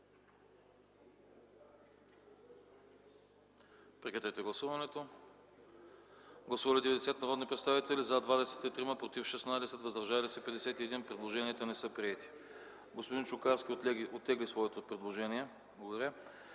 подкрепя от комисията. Гласували 90 народни представители: за 23, против 16, въздържали се 51. Предложенията не са приети. Господин Чукарски оттегли своето предложение. Благодаря.